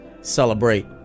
celebrate